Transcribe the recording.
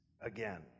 again